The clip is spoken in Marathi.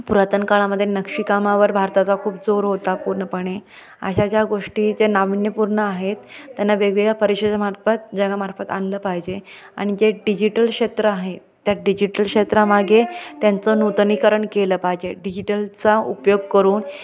पुरातन काळामध्ये नक्षीकामावर भारताचा खूप जोर होता पूर्णपणे अशा ज्या गोष्टी ज्या नाविन्यपूर्ण आहेत त्यांना वेगवेगळ्या परिषेदेमार्फत जगामार्फत आणलं पाहिजे आणि जे डिजिटल क्षेत्र आहेत त्या डिजिटल क्षेत्रामागे त्यांचं नूतनीकरण केलं पाहिजे डिजिटलचा उपयोग करून